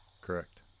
Correct